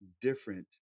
different